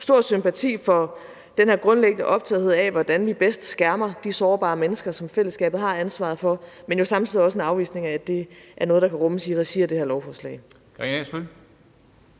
stor sympati for den her grundlæggende optagethed af, hvordan vi bedst skærmer de sårbare mennesker, som fællesskabet har ansvaret for, men det er samtidig også en afvisning af, at det er noget, der kan rummes i regi af det her lovforslag.